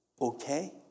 Okay